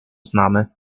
znamy